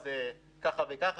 אז כך וכך,